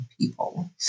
people